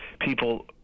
people